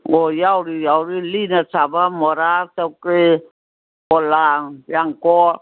ꯑꯣ ꯌꯥꯎꯔꯤ ꯌꯥꯎꯔꯤ ꯂꯤꯅ ꯁꯥꯕ ꯃꯣꯔꯥ ꯆꯪꯀ꯭ꯔꯤ ꯄꯣꯂꯥꯡ ꯌꯥꯡꯀꯣꯛ